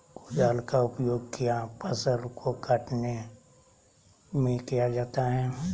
कुदाल का उपयोग किया फसल को कटने में किया जाता हैं?